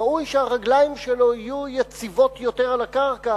ראוי שהרגליים שלו יהיו יציבות יותר על הקרקע